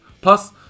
Plus